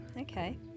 Okay